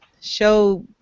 show